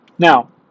Now